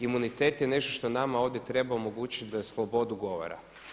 Imunitet je nešto što nama ovdje treba omogućiti za slobodu govora.